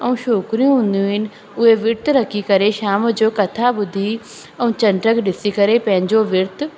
ऐं छोकिरियूं हूंदियूं आहिनि उहे वृत रखी करे शाम जो कथा ॿुधी ऐं चंड खे ॾिसी करे पंहिंजो वृत